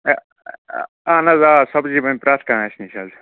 اَہَن حظ آ سبزی بَنہِ پرٛٮ۪تھ کانٛہہ اَسہِ نِش حظ